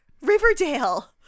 Riverdale